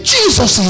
Jesus